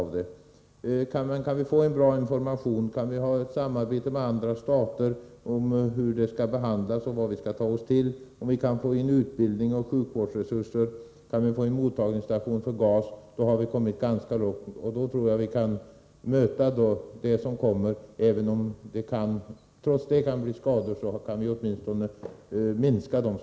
Kan man få en bra information, kan vi ha ett gott samarbete med andra stater om hur man skall behandla skador och om vad vi skall ta oss till. Kan vi få utbildning och sjukvårdsutrustning, kan vi få en mottagningsstation för gas — då har vi kommit ganska långt. Då tror jag vi kan möta det som kommer. Även om det trots allt kan uppstå skador, kan vi åtminstone minska dem.